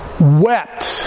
wept